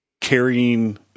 carrying